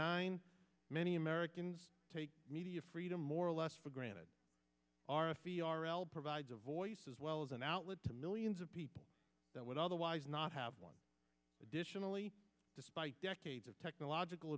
nine many americans take media freedom more or less for granted r f e r l provides a voice as well as an outlet to millions of people that would otherwise not have one additionally despite decades of technological